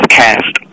cast